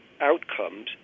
outcomes